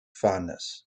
fondness